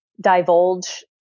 divulge